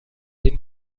den